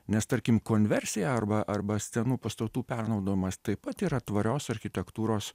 nes tarkim konversija arba arba senų pastatų pernaudijimas taip pat yra tvarios architektūros